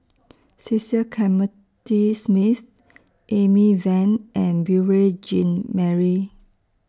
Cecil Clementi Smith Amy Van and Beurel Jean Marie